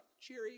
cheery